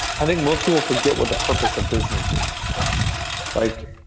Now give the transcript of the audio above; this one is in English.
i think most people forget what the purpose of business is. like